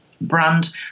brand